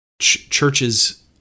churches